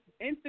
Instagram